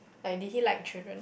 like did you like insurance